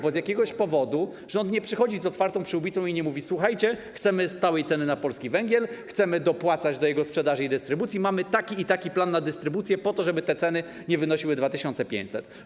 Bo z jakiegoś powodu rząd nie przychodzi z otwartą przyłbicą i nie mówi: słuchajcie, chcemy stałej ceny na polski węgiel, chcemy dopłacać do jego sprzedaży i dystrybucji, mamy taki i taki plan na dystrybucję, po to żeby te ceny nie wynosiły 2500.